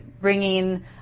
bringing